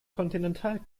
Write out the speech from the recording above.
continental